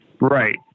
Right